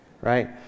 right